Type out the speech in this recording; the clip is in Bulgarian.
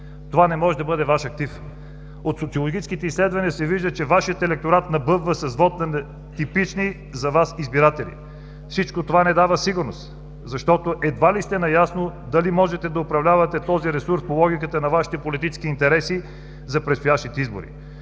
Това не може да бъде Ваш актив! От социологическите изследвания се вижда, че Вашият електорат набъбва с вот на нетипични за Вас избиратели. Всичко това не дава сигурност, защото едва ли сте наясно дали можете да управлявате този ресурс по логиката на Вашите политически интереси за предстоящите избори.